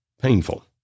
painful